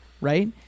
right